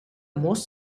most